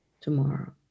tomorrow